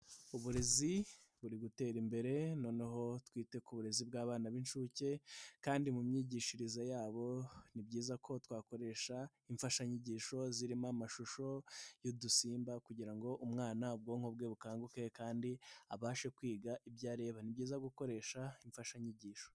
Uburezi buri gutera imbere, noneho twite ku burezi bw'abana b'incuke, kandi mu myigishirize yabo ni byiza ko twakoresha imfashanyigisho zirimo amashusho y'udusimba, kugira ngo umwana ubwonko bwe bukanguke kandi abashe kwiga ibyo areba. Ni byiza gukoresha imfashanyigisho.